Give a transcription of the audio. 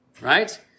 Right